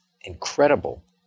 incredible